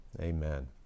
Amen